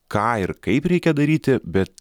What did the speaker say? ką ir kaip reikia daryti bet